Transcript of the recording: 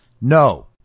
No